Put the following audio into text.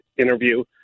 interview